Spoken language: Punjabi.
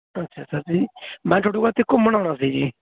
ਅੱਛਾ ਸਰ ਜੀ ਮੈਂ ਤੁਹਾਡੇ ਕੋਲ ਇੱਥੇ ਘੁੰਮਣ ਆਉਣਾ ਸੀ ਜੀ